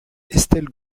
estelle